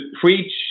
preach